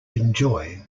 enjoy